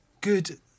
good